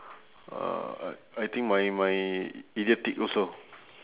uh I think my my idiotic also